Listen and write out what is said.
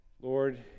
Lord